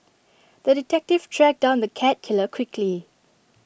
the detective tracked down the cat killer quickly